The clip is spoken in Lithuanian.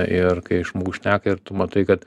ir kai žmogus šneka ir tu matai kad